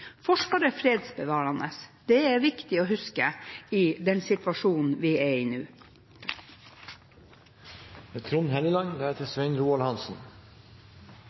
fredsbevarende – det er det viktig å huske i den situasjonen vi er i nå.